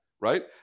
right